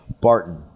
Barton